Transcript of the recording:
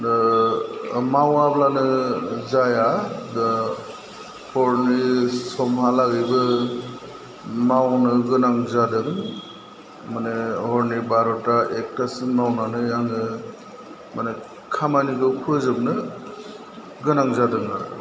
दा मावाब्लानो जाया दा हरनि समहालागैबो मावनो गोनां जादों माने हरनि बार'था एकथासिम मावनानै आङो माने खामानिखौ फोजोबनो गोनां जादों आरो